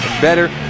better